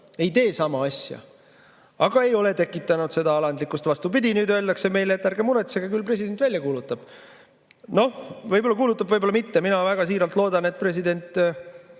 ei tee sama asja? Aga ei ole tekitanud seda alandlikkust. Vastupidi, nüüd öeldakse meile, et ärge muretsege, küll president välja kuulutab. Noh, võib-olla kuulutab, võib-olla mitte. Mina väga siiralt loodan, et president